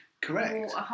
Correct